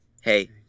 Hey